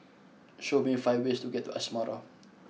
show me five ways to get to Asmara